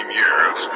years